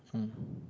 mm